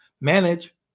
manage